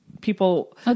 people